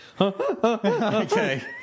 Okay